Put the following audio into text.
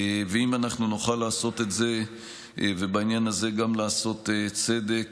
אם אנחנו נוכל לעשות את זה ובעניין הזה גם לעשות צדק,